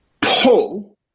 pull